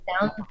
down